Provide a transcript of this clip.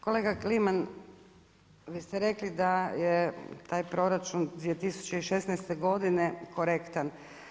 Kolega Kliman, vi ste rekli, da je taj proračun 2016. godine, korektan.